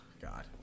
God